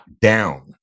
down